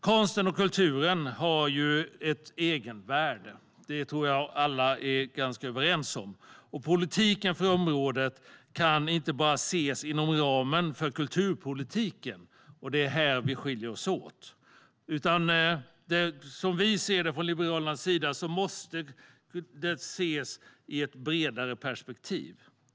Konsten och kulturen har ett egenvärde - det tror jag alla är ganska överens om - och politiken för området kan inte bara ses inom ramen för kulturpolitiken. Det är här vi skiljer oss åt. Vi från Liberalerna anser att detta måste ses i ett bredare perspektiv.